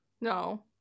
No